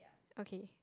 okay